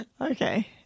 okay